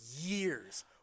years